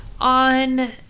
on